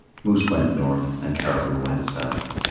moose went north, and caribou went south.